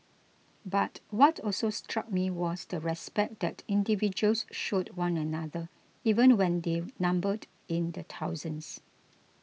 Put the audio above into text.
but what also struck me was the respect that individuals showed one another even when they numbered in the thousands